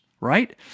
right